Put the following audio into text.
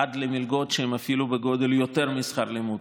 עד למלגות שהן אפילו בגובה של יותר משכר הלימוד.